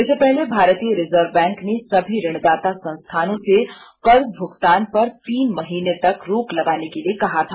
इससे पहले भारतीय रिजर्व बैंक ने सभी ऋणदाता संस्थानों से कर्ज भूगतान पर तीन महीने तक रोक लगाने के लिए कहा था